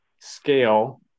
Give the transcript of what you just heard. scale